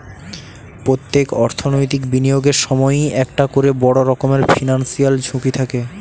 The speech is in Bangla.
পোত্তেক অর্থনৈতিক বিনিয়োগের সময়ই একটা কোরে বড় রকমের ফিনান্সিয়াল ঝুঁকি থাকে